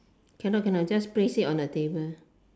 cannot cannot just place it on the table